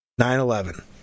9-11